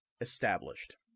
Established